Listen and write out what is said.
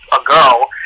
ago